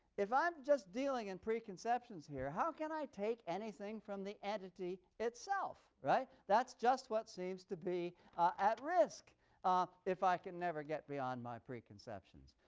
if i'm just dealing in and preconceptions here, how can i take anything from the entity itself? right? that's just what seems to be at risk um if i can never get beyond my preconceptions.